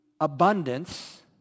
abundance